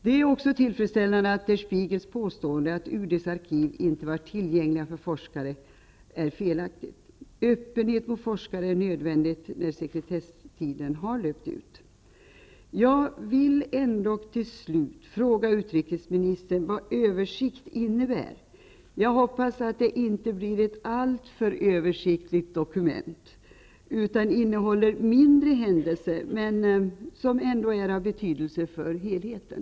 Det är också tillfredsställande att tidskriften Der Spiegels påstående att UD:s arkiv inte var tillgängliga för forskare är felaktigt. Öppenhet mot forskare är nödvändig när sekretesstiden har löpt ut. ''översikt'' innebär. Jag hoppas att det inte blir ett alltför översiktligt dokument. Det bör också innehålla mindre händelser, som ändå kan vara av betydelse för helheten.